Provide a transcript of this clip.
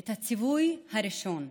את הציווי הראשון: